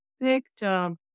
victim